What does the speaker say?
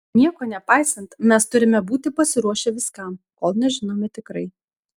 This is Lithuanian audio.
nieko nepaisant mes turime būti pasiruošę viskam kol nežinome tikrai